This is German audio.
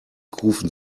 kufen